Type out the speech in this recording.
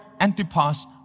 Antipas